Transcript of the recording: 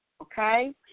okay